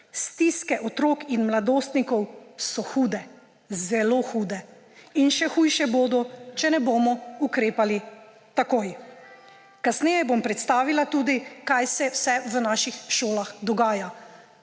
Stiske otrok in mladostnikov so hude, zelo hude in še hujše bodo, če ne bomo ukrepali takoj. Kasneje bom predstavila tudi, kaj se vse v naših šolah dogaja.